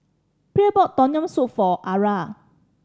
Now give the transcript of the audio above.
Pierre bought Tom Yam Soup for Arra